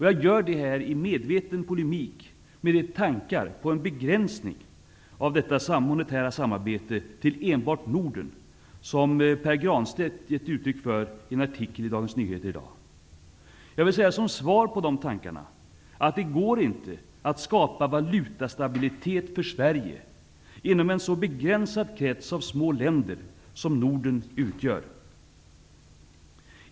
Jag gör det här i medveten polemik med de tankar på en begränsning av detta monetära samarbete till enbart Norden som Pär Granstedt gett uttryck för i en artikel i Dagen Som svar på dessa tankar vill jag säga att det inte går att skapa valutastabilitet för Sverige inom en så begränsad krets av små länder som Norden utgör.